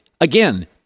again